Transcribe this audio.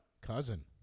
Cousin